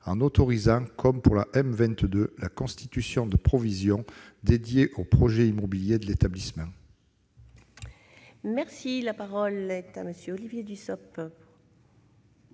en autorisant, comme pour la M22, la constitution de provisions dédiées au projet immobilier de l'établissement ? La parole est à M. le